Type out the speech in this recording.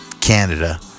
Canada